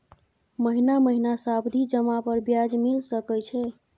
महीना महीना सावधि जमा पर ब्याज मिल सके छै?